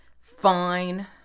fine